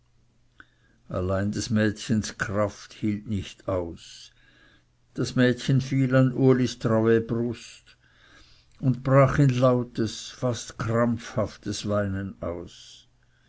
allein des mädchens kraft hielt nicht aus das mädchen fiel an ulis treue brust und brach in lautes fast krampfhaftes weinen aus